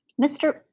Mr